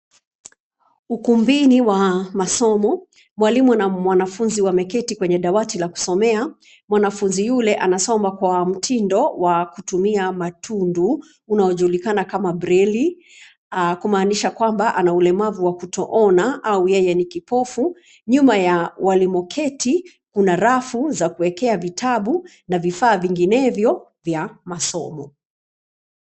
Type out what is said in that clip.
Ukumbini wa masomo. Mwalimu na mwanafunzi wameketi kwenye dawati la kusomea. Mwanafunzi yule anasoma kwa mtindo wa kutumia matundu unaojulikana kama breli, kumaanisha kwamba ana ulemavu wa kutoona au yeye ni kipofu. Nyuma ya walimoketi kuna rafu za kuwekea vitabu na vifaa vinginevyo vya masomo.